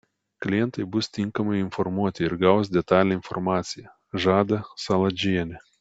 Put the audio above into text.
klientai bus tinkamai informuoti ir gaus detalią informaciją žada saladžienė